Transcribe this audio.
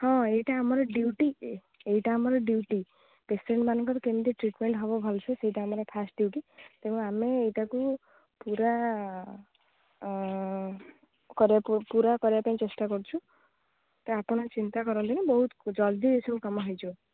ହଁ ଏଇଟା ଆମର ଡ଼୍ୟୁଟି ଏଇଟା ଆମର ଡ଼୍ୟୁଟି ପେସେଣ୍ଟ୍ମାନଙ୍କର କେମିତି ଟ୍ରିଟ୍ମେଣ୍ଟ୍ ହେବ ଭଲ୍ସେ ସେଇଟା ଆମର ଫାର୍ଷ୍ଟ୍ ଡ଼୍ୟୁଟି ତେଣୁ ଆମେ ଏଇଟାକୁ ପୁରା ପୁରା କରିବା ପାଇଁ ଚେଷ୍ଟା କରୁଛୁ ତ ଆପଣ ଚିନ୍ତା କରନ୍ତୁନି ବହୁତ ଜଲ୍ଦି ଏସବୁ କାମ ହେଇଯିବ